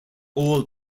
all